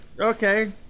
okay